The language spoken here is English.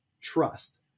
Trust